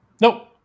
Nope